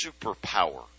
superpower